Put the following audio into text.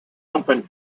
opened